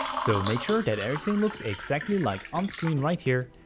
so make sure that everything looks exactly like on screen right here,